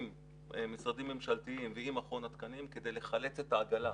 משרדים ממשלתיים ועם מכון התקנים כדי לחלץ את העגלה.